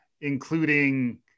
including